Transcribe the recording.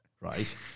right